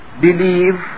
believe